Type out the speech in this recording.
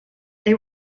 they